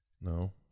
No